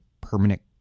permanent